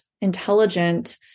intelligent